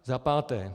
Za páté.